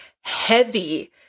heavy